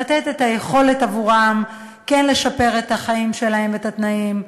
לתת את היכולת עבורם לשפר את החיים שלהם ואת התנאים.